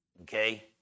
okay